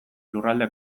lurralde